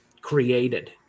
created